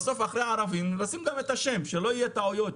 בסוף אחרי "ערבים" לשים גם את השם שלא יהיו טעויות.